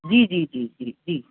جی جی جی جی جی